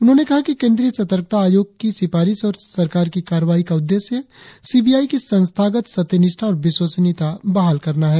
उन्होंने कहा कि केन्द्रीय सतर्कता आयोग की सिफारिश और सरकार की कार्रवाई का उद्देश्य सीबीआई की संस्थागत सत्यनिष्ठा और विश्वसनीयता बहाल करना है